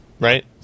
Right